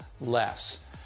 less